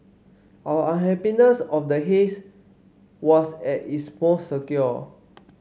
our unhappiness of the haze was at its most acute